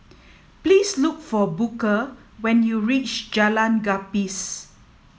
please look for Booker when you reach Jalan Gapis